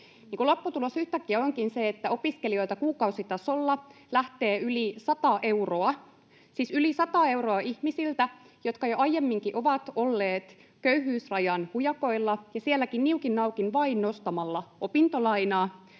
onkin se, että opiskelijoilta kuukausitasolla lähtee yli 100 euroa — siis yli 100 euroa ihmisiltä, jotka jo aiemminkin ovat olleet köyhyysrajan hujakoilla ja sielläkin niukin naukin vain nostamalla opintolainaa